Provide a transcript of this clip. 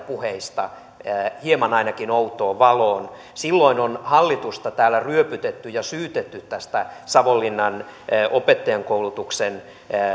puheista hieman ainakin outoon valoon silloin on hallitusta täällä ryöpytetty ja syytetty tästä savonlinnan opettajankoulutuksen